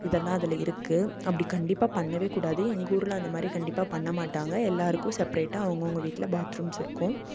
இதெல்லாம் அதில் இருக்குது அப்படி கண்டிப்பாக பண்ணவே கூடாது எங்கள் ஊரில் அந்தமாதிரி கண்டிப்பாக பண்ண மாட்டாங்க எல்லாருக்கும் செப்பரேட்டாக அவுங்கவங்க வீட்டில் பாத்ரூம்ஸ் இருக்கும்